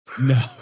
No